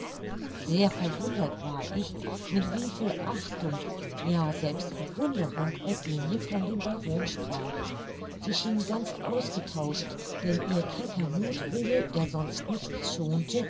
sehr verwundert war ich mit wie viel achtung ja selbst bewunderung eugenie von dem baron sprach sie schien ganz ausgetauscht denn ihr kecker muthwille der sonst nichts schonte